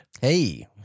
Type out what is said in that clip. Hey